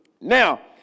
Now